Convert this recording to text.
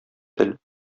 тел